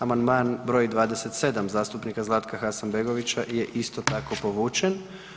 Amandman br. 27. zastupnika Zlatka Hasanbegovića je isto tako povučen.